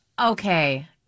Okay